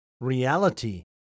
reality